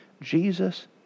Jesus